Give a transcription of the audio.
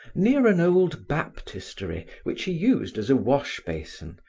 near an old baptistery which he used as a wash basin,